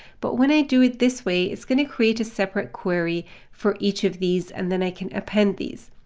but when i do it this way, it's going to create a separate query for each of these. and then i can append these.